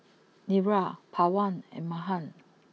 Niraj Pawan and Mahan